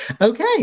Okay